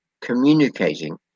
communicating